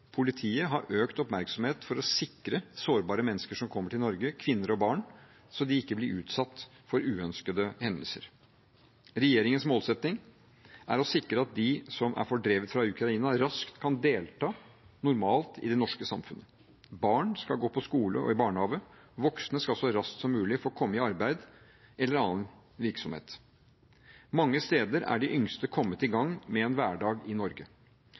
politiet har økt oppmerksomhet for å sikre sårbare mennesker som kommer til Norge, kvinner og barn, så de ikke blir utsatt for uønskede hendelser. Regjeringens målsetting er å sikre at de som er fordrevet fra Ukraina, raskt kan delta normalt i det norske samfunnet. Barn skal gå på skole eller i barnehage. Voksne skal så raskt som mulig få komme i arbeid eller annen virksomhet. Mange steder er de yngste kommet i gang med en hverdag i Norge.